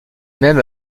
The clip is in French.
même